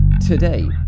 today